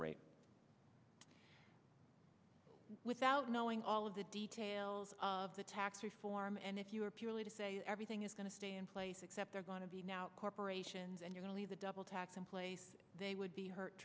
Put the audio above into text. rate without knowing all of the details of the tax reform and if you were purely to say everything is going to stay in place except they're going to be now corporations and you're only the double tax in place they would be hurt